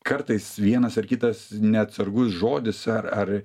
kartais vienas ar kitas neatsargus žodis ar ar